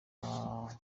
bahanga